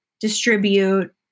distribute